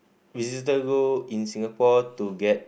visitor go in Singapore to get